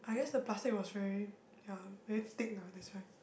I guess the plastic was very yeah very thick ah that's why